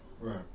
Right